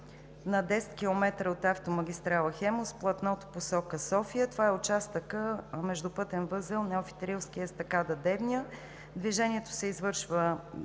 на 10 км от автомагистрала „Хемус“, платното в посока София – това е участъкът между пътен възел „Неофит Рилски“ и естакада „Девня“. Движението се извършва